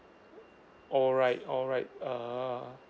alright alright uh